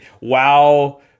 wow